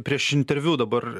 prieš interviu dabar